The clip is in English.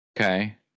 Okay